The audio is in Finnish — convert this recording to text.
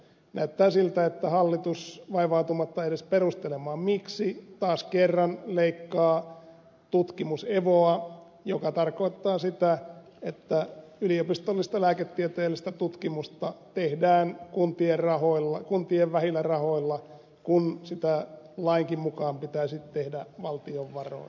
näyttää siltä että hallitus vaivautumatta edes perustelemaan miksi taas kerran leikkaa tutkimus evoa mikä tarkoittaa sitä että yliopistollista lääketieteellistä tutkimusta tehdään kuntien vähillä rahoilla kun sitä lainkin mukaan pitäisi tehdä valtion varoin